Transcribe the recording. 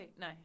No